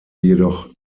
jedoch